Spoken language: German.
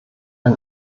ein